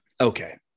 Okay